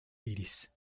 iris